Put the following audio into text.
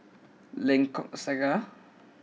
Lengkok Saga